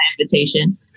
Invitation